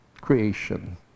creation